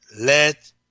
Let